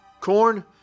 Corn